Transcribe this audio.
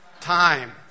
time